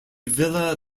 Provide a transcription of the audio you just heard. villa